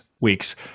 weeks